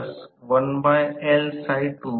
तर या बिंदूवर टॉर्क 0 आहे कारण हे Y अक्ष आहे